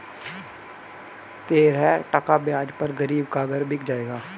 तेरह टका ब्याज पर गरीब का घर बिक जाएगा